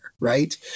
Right